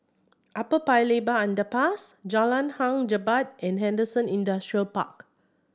Upper Paya Lebar Underpass Jalan Hang Jebat and Henderson Industrial Park